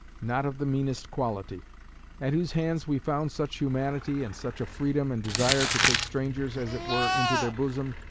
not of the meanest quality at whose hands we found such humanity, and such a freedom and desire to take strangers as it were into their bosom,